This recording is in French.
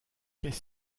qu’est